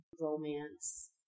romance